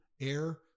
air